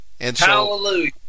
Hallelujah